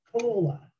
cola